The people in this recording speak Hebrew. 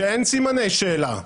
שאין סימני שאלה,